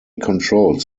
controls